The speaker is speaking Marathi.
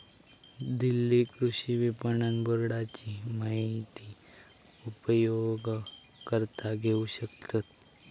दिल्ली कृषि विपणन बोर्डाची माहिती उपयोगकर्ता घेऊ शकतत